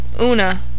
Una